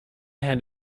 had